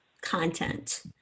content